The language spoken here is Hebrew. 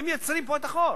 הם מייצרים פה את החור.